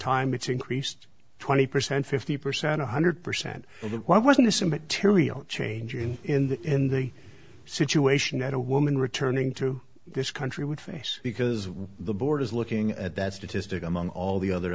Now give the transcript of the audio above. time it's increased twenty percent fifty percent one hundred percent why wasn't this immaterial change in in the in the situation that a woman returning to this country would face because of the board is looking at that statistic among all the other